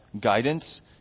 guidance